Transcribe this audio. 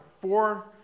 four